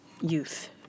youth